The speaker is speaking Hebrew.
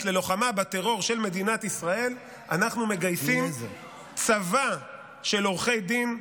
ללוחמה בטרור של מדינת ישראל צבא של עורכי דין,